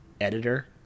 editor